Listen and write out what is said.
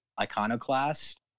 Iconoclast